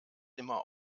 immer